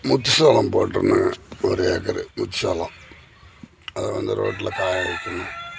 முத்து சோளம் போட்டுருந்தேன் ஒரு ஏக்கரு முத்து சோளம் அதை வந்து ரோட்டில் காய வைக்கணும்